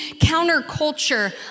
counterculture